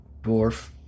dwarf